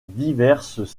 diverses